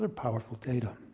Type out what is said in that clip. powerful data.